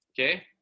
Okay